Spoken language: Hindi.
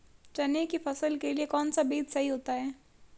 चने की फसल के लिए कौनसा बीज सही होता है?